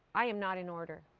i am not in order.